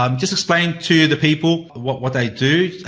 um just explain to the people, what, what they do,